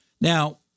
Now